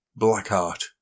Blackheart